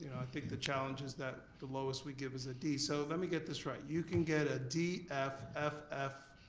i think the challenge is that the lowest we give is a d. so let me get this right. you can get a d f, f f,